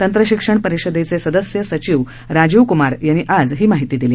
तंत्रशिक्षण परिषदेचे सदस्य सचिव राजीव क्मार यांनी आज ही माहिती दिली